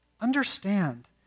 understand